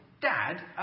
Dad